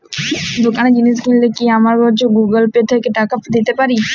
দোকানে জিনিস কিনলে কি আমার গুগল পে থেকে টাকা দিতে পারি?